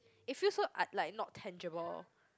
it feels so uh like not tangible